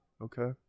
Okay